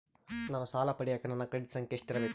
ನಾನು ಸಾಲ ಪಡಿಯಕ ನನ್ನ ಕ್ರೆಡಿಟ್ ಸಂಖ್ಯೆ ಎಷ್ಟಿರಬೇಕು?